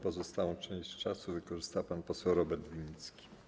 Pozostałą część czasu wykorzysta pan poseł Robert Winnicki.